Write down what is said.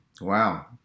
Wow